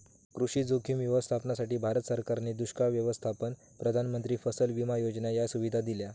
कृषी जोखीम व्यवस्थापनासाठी, भारत सरकारने दुष्काळ व्यवस्थापन, प्रधानमंत्री फसल विमा योजना या सुविधा दिल्या